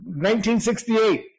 1968